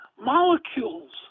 molecules